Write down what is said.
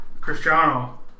Cristiano